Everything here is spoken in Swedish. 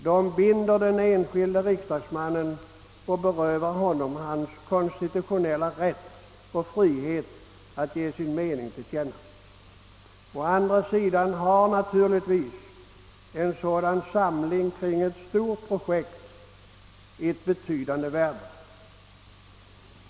De binder den enskilde riksdagsmannen och berövar honom hans konstitutionella rätt och frihet att ge sin mening till känna. Dock har naturligtvis en sådan samling kring ett stort projekt ett betydande värde.